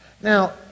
Now